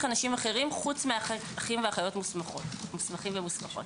אנשים אחרים חוץ מאחים ואחיות מוסמכים ומוסמכות.